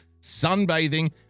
sunbathing